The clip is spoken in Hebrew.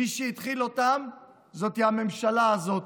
מי שהתחיל אותן זה הממשלה הזאת.